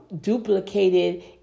duplicated